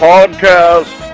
Podcast